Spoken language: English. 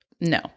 No